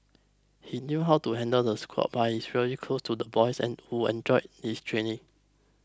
he knew how to handle the squad but he's really close to the boys and who enjoyed his training